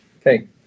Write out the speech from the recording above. Okay